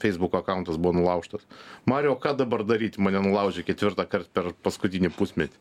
feisbuko akauntas buvo nulaužtas mariau ką dabar daryt mane nulaužė ketvirtą kart per paskutinį pusmetį